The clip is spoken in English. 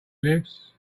lives